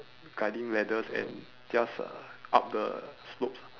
guiding ladders and just uh up the slopes